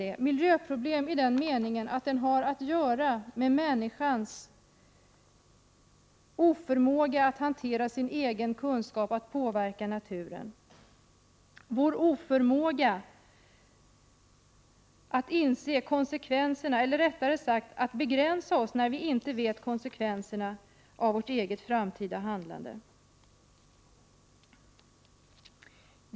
Det är ett miljöproblem i den meningen att det har att göra med människans oförmåga att hantera sin egen kunskap att påverka naturen, vår oförmåga att inse konsekvenserna eller rättare sagt att begränsa oss när vi inte vet vilka konsekvenserna av vårt eget framtida handlande blir.